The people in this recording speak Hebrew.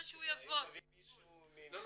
אם מביאים מישהו מ- -- מילא